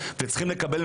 וצריכים לקבל,